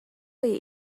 eat